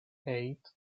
eight